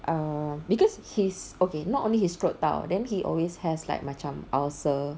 err because he's okay not only his throat [tau] then he always has like macam ulcer